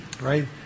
right